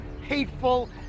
hateful